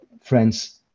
friends